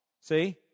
See